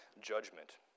judgment